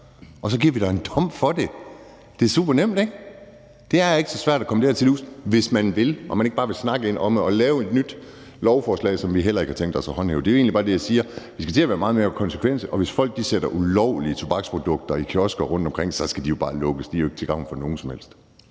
og så giver vi dig en dom for det. Det er super nemt. Det er ikke så svært at komme det her til livs, hvis man vil og man ikke bare vil snakke om at lave en ny lovgivning, som vi heller ikke har tænkt os at håndhæve. Det er egentlig bare det, jeg siger: Vi skal til at være meget mere konsekvente, og hvis folk sælger ulovlige tobaksprodukter i kiosker rundtomkring, skal de jo bare lukkes. De er jo ikke til gavn for nogen som helst.